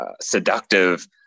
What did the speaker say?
seductive